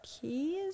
keys